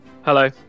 Hello